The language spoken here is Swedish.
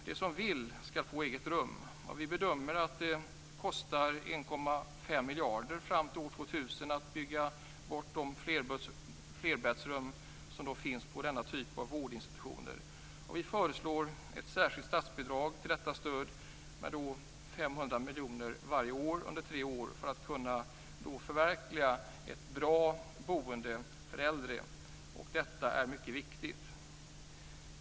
De som vill skall få eget rum. Vi bedömer att det kostar 1,5 miljarder fram till år 2000 att bygga bort de flerbäddsrum som finns på denna typ av vårdinstitutioner. Vi föreslår ett särskilt statsbidrag till stöd för detta med 500 miljoner varje år under tre år för att kunna förverkliga ett bra boende för äldre. Detta är mycket viktigt.